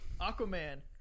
aquaman